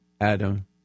Adam